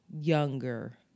younger